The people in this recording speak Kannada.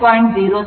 07 ಆಗುತ್ತದೆ